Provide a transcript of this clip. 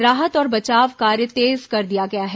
राहत और बचाव कार्य तेज कर दिया गया है